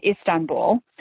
Istanbul